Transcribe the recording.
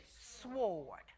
sword